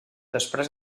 després